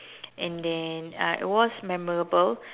and then uh it was memorable